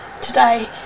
today